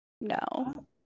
No